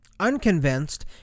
unconvinced